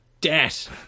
Debt